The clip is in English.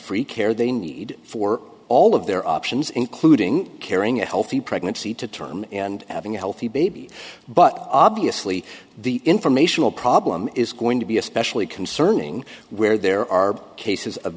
free care they need for all of their options including carrying a healthy pregnancy to term and having a healthy baby but obviously the informational problem is going to be especially concerning where there are cases of